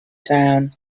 town